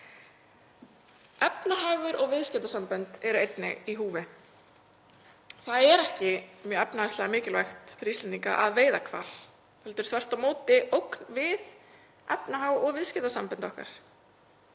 Efnahagur og viðskiptasambönd eru einnig í húfi. Það er ekki mjög efnahagslega mikilvægt fyrir Íslendinga að veiða hval heldur þvert á móti ógn við efnahag og viðskiptasambönd okkar.